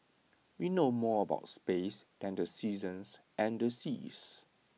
we know more about space than the seasons and the seas